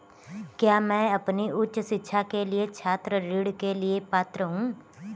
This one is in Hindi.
क्या मैं अपनी उच्च शिक्षा के लिए छात्र ऋण के लिए पात्र हूँ?